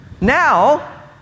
Now